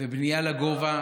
בנייה לגובה.